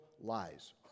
lies